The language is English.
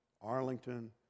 Arlington